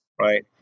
right